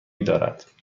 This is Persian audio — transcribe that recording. دارد